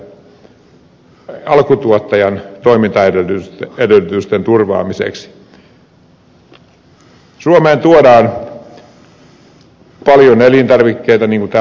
suomeen tuodaan paljon elintarvikkeita niin kuin täällä on todettu